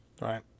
right